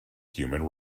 human